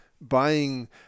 buying